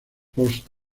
post